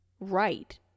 right